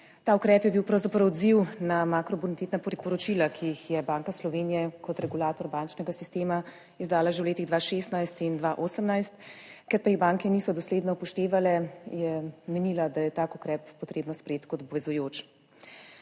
Ta ukrep je bil pravzaprav odziv na makrobonitetna priporočila, ki jih je Banka Slovenije kot regulator bančnega sistema izdala že v letih 2016 in 2018, ker pa jih banke niso dosledno upoštevale, je menila, da je tak ukrep potrebno sprejeti kot obvezujoč.